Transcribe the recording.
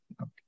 Okay